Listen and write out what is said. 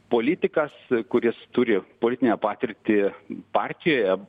politikas kuris turi politinę patirtį partijoje